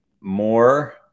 more